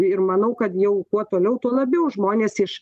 ir manau kad jau kuo toliau tuo labiau žmonės iš